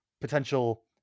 potential